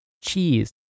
cheese